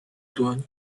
dłoni